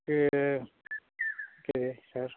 ते कितें सर